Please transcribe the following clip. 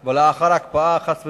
אם לאחר ההקפאה, חס ושלום,